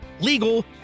legal